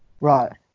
Right